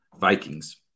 Vikings